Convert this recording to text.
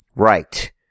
Right